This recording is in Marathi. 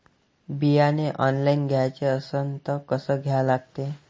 बियाने ऑनलाइन घ्याचे असन त कसं घ्या लागते?